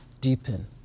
deepen